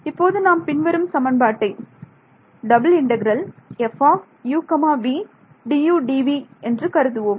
இப்போது நாம் பின்வரும் சமன்பாட்டை கருதுவோம்